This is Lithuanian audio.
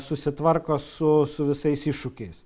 susitvarko su su visais iššūkiais